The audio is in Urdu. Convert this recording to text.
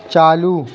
چالو